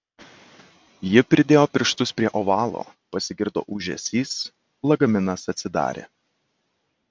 ji pridėjo pirštus prie ovalo pasigirdo ūžesys lagaminas atsidarė